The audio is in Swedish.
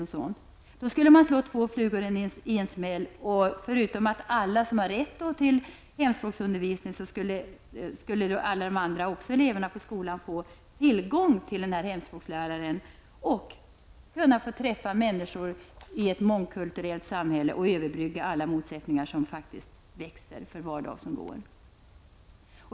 Man skulle då kunna slå två flugor i en smäll. Förutom de elever som har rätt till hemspråksundervisning skulle då även de andra eleverna få tillgång till hemspråkslärare och kunna få träffa människor i ett mångkulturellt samhälle och överbrygga motsättningar -- som faktiskt växer för var dag som går.